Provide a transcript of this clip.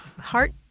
heart